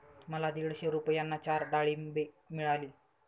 मला दीडशे रुपयांना चार डाळींबे मिळाली